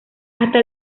hasta